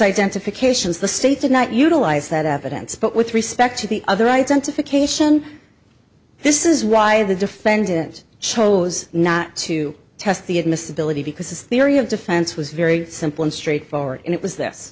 identifications the state did not utilize that evidence but with respect to the other identification this is why the defendant chose not to test the admissibility because his theory of defense was very simple and straightforward and it was this